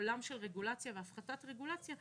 בעולם של הפחתת רגולציה,